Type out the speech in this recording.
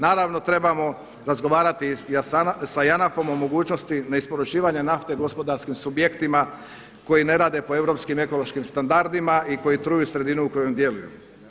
Naravno trebamo razgovarati sa JANAF-om o mogućnosti ne isporučivanja nafte gospodarskim subjektima koji ne rade po europski ekološkim standardima i koji truju sredinu u kojoj djeluju.